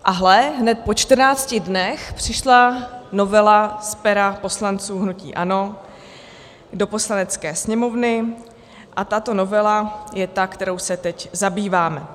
A hle, hned po 14 dnech přišla novela z pera poslanců hnutí ANO do Poslanecké sněmovny a tato novela je ta, kterou se teď zabýváme.